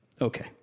okay